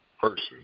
person